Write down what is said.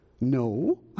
No